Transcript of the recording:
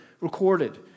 recorded